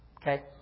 Okay